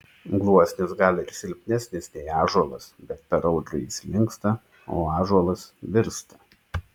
gluosnis gal ir silpnesnis nei ąžuolas bet per audrą jis linksta o ąžuolas virsta